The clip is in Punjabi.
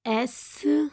ਇਸ